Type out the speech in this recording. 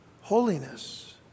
holiness